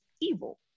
evil